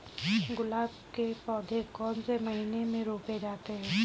गुलाब के पौधे कौन से महीने में रोपे जाते हैं?